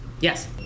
Yes